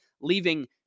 leaving